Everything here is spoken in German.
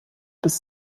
bis